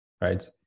right